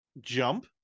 jump